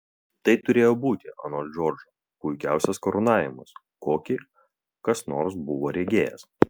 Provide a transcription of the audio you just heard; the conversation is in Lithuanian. tai turėjo būti anot džordžo puikiausias karūnavimas kokį kas nors buvo regėjęs